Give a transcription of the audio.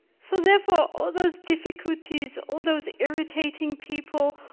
so therefore all those difficulties, all those irritating people,